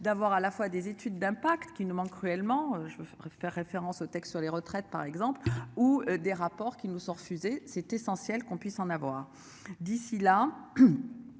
d'avoir à la fois des études d'impact qui ne manque cruellement je faire référence au texte sur les retraites par exemple ou des rapports qui nous sont refusés, c'est essentiel qu'on puisse en avoir. D'ici là.